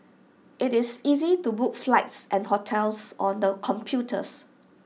IT is easy to book flights and hotels on the computers